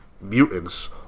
mutants